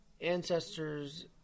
ancestors